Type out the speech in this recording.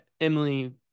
Emily